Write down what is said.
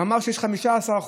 שיש 15%,